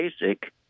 basic